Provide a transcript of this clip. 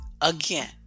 Again